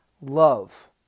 love